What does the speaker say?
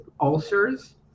ulcers